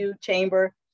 Chamber